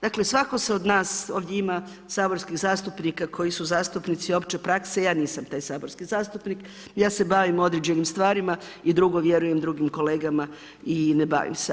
Dakle svatko se od nas, ovdje ima saborskih zastupnika koji su zastupnici opće prakse, ja nisam taj saborski zastupnik, ja se bavim određenim stvarima i drugo vjerujem drugim kolegama i ne bavim se.